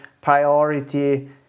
priority